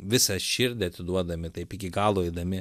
visą širdį atiduodami taip iki galo eidami